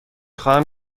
خواهم